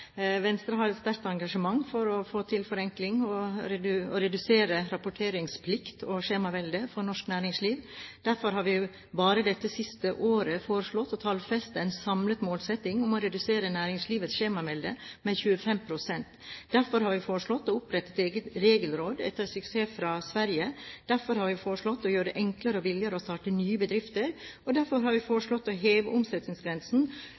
Venstre har et sterkt engasjement for å få til forenkling og redusere rapporteringsplikt og skjemavelde for norsk næringsliv. Derfor har vi bare det siste året foreslått å tallfeste en samlet målsetting om å redusere næringslivets skjemavelde med 25 pst. Derfor har vi foreslått å opprette et eget regelråd etter suksessen i Sverige. Derfor har vi foreslått å gjøre det enklere og billigere å starte nye bedrifter. Og derfor har vi